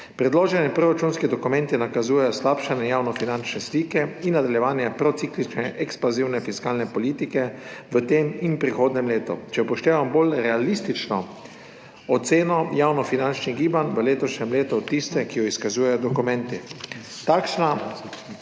Predloženi proračunski dokumenti nakazujejo slabšanje javnofinančne slike in nadaljevanje prociklične ekspanzivne fiskalne politike v tem in prihodnjem letu, če upoštevamo bolj realistično oceno javnofinančnih gibanj v letošnjem letu od tiste, ki jo izkazujejo dokumenti. Takšna